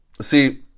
See